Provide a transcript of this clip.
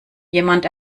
jemand